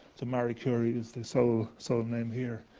so, marie curie is the sole sole name here,